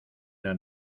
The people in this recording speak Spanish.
una